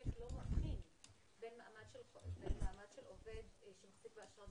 המחוקק לא מבחין בין מעמד של עובד שמחזיק באשרה,